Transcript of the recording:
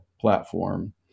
platform